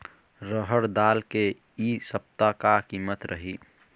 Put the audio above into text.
रहड़ दाल के इ सप्ता का कीमत रही?